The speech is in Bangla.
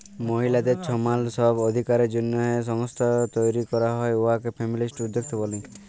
মহিলাদের ছমাল ছব অধিকারের জ্যনহে সংস্থা তৈরি ক্যরা হ্যয় উয়াকে ফেমিলিস্ট উদ্যক্তা ব্যলি